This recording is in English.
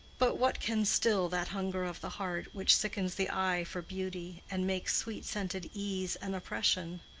but what can still that hunger of the heart which sickens the eye for beauty, and makes sweet-scented ease an oppression?